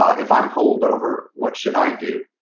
if i am pulled over what should i do?